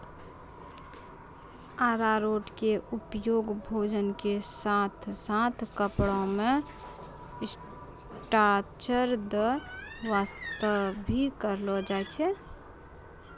अरारोट के उपयोग भोजन के साथॅ साथॅ कपड़ा मॅ स्टार्च दै वास्तॅ भी करलो जाय छै